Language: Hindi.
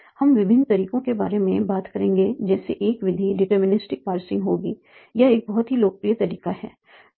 हम विभिन्न तरीकों के बारे में बात करेंगे जैसे एक विधि डिटरमिनिस्टिक पार्सिंग होगी यह एक बहुत ही लोकप्रिय तरीका है